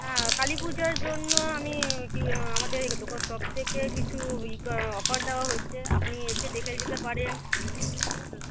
হ্যাঁ কালী পুজোর জন্য আমি কী আমাদের দোকান শপ থেকে কিছু অফার দেওয়া হচ্ছে আপনি এসে দেখে যেতে পারেন হুম